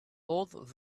hold